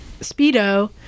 Speedo